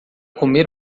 comer